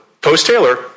post-Taylor